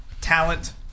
talent